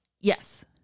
Yes